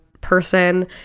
person